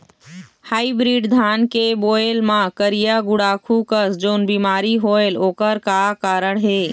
Hybrid धान के बायेल मां करिया गुड़ाखू कस जोन बीमारी होएल ओकर का कारण हे?